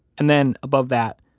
and then above that,